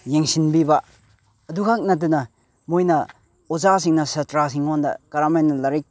ꯌꯦꯡꯁꯤꯟꯕꯤꯕ ꯑꯗꯨꯈꯛ ꯅꯠꯇꯅ ꯃꯣꯏꯅ ꯑꯣꯖꯥꯁꯤꯡꯅ ꯁꯥꯠꯇ꯭ꯔꯁꯤꯡꯉꯣꯟꯗ ꯀꯔꯝꯍꯥꯏꯅ ꯂꯥꯏꯔꯤꯛ